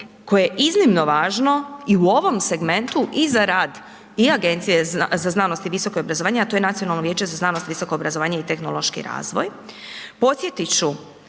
koje je iznimno važno i u ovom segmentu i za rad i Agencije za znanost i visoko obrazovanje a to je Nacionalno vijeće za znanost, visoko obrazovanje i tehnološki razvoj.